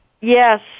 yes